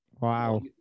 wow